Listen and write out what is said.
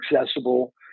accessible